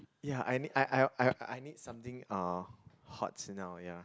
ya I need I I I I I need something uh hot now ya